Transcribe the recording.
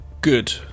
good